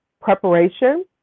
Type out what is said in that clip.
preparation